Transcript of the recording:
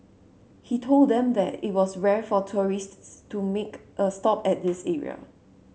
he told them that it was rare for tourists to make a stop at this area